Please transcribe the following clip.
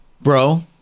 bro